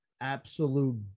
absolute